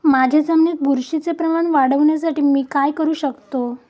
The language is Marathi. माझ्या जमिनीत बुरशीचे प्रमाण वाढवण्यासाठी मी काय करू शकतो?